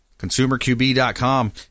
ConsumerQB.com